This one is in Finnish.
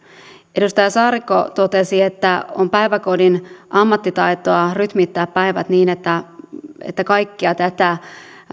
edustaja saarikko totesi että on päiväkodin ammattitaitoa rytmittää päivät niin että että kaikkea tätä